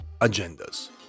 agendas